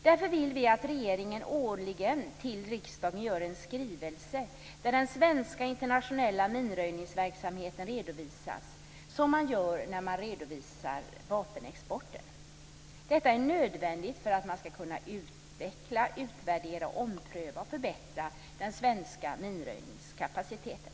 Därför vill vi att regeringen årligen för riksdagen presenterar en skrivelse där den svenska internationella minröjningsverksamheten redovisas på samma sätt som sker när man redovisar vapenexporten. Detta är nödvändigt för att vi skall kunna utveckla, utvärdera ompröva och förbättra den svenska minröjningskapaciteten.